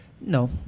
No